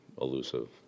elusive